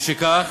משכך,